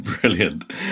Brilliant